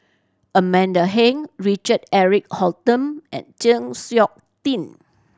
Amanda Heng Richard Eric Holttum and Chng Seok Tin